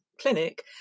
clinic